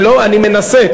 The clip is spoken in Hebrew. אני מנסה,